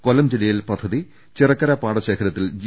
കൊല്ലം ജില്ലയിൽ പദ്ധതി ചിറക്കര പാടശേഖരത്തിൽ ജി